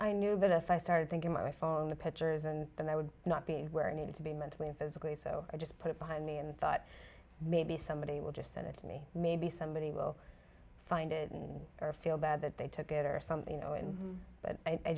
i knew that if i started thinking my phone pictures and i would not be where i needed to be mentally and physically so i just put it behind me and thought maybe somebody will just send it to me maybe somebody will find it and feel bad that they took it or something you know and